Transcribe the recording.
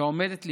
שעומדת לפקוע,